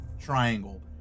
triangle